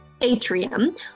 Atrium